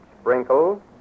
Sprinkle